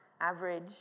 Average